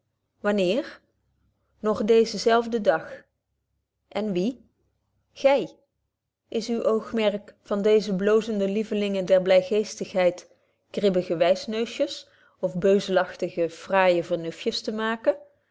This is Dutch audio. wanneer nog deezen zelfden dag en wie gy is uw oogmerk van deeze bloozende lievelingen der blygeestigheid kribbige wysneusjes of beuzelachtige fraaije vernuftjes te maken